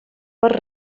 per